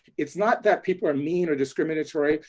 it's not that people are mean or discriminatory,